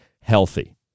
healthy